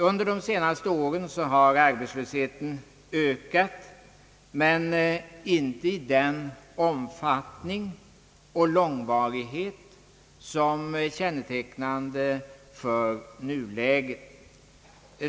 Under de senaste åren har arbetslösheten ökat men inte varit av den omfattning och långvarighet som är kännetecknande för nuläget.